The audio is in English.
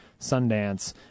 Sundance